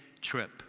trip